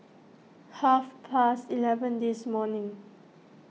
half past eleven this morning